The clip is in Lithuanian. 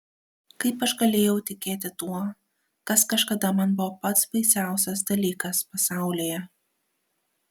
kaip aš galėjau tikėti tuo kas kažkada man buvo pats baisiausias dalykas pasaulyje